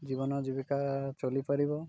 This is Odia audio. ଜୀବନ ଜୀବିକା ଚଳିପାରିବ